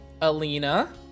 Alina